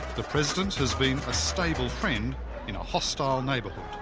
the president has been a stable friend in a hostile neighbourhood.